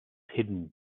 hidden